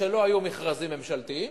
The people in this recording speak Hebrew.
ולא היו מכרזים ממשלתיים,